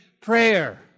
prayer